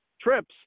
trips